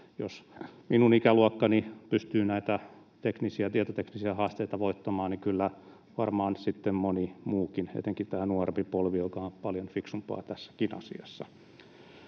Jos minun ikäluokkani pystyy näitä tietoteknisiä haasteita voittamaan, niin kyllä varmaan sitten moni muukin, etenkin nuorempi polvi, joka on paljon fiksumpaa tässäkin asiassa.